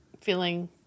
feeling